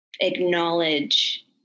acknowledge